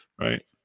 right